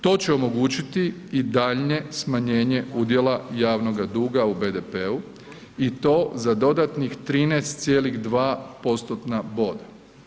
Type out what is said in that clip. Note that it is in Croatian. To će omogućiti i daljnje smanjenje udjela javnoga duga u BDP-u i to za dodatnih 13,2%-tna boda.